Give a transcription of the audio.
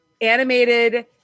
animated